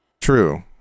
True